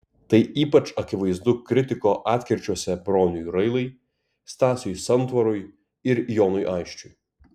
tai ypač akivaizdu kritiko atkirčiuose broniui railai stasiui santvarui ir jonui aisčiui